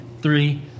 Three